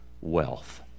wealth